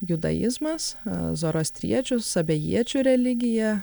judaizmas zorostriečių sabejiečių religija